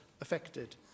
affected